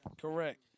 Correct